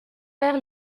père